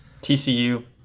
TCU